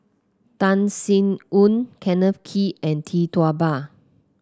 Tan Sin Aun Kenneth Kee and Tee Tua Ba